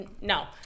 no